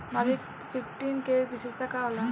Malviya fifteen के विशेषता का होला?